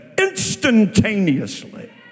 instantaneously